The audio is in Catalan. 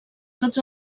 tots